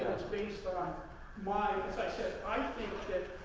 it's based on my, such that, i think that